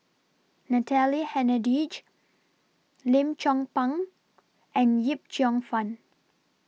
Natalie Hennedige Lim Chong Pang and Yip Cheong Fun